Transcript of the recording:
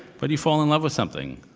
but you fall in love with something.